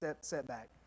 setback